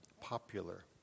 popular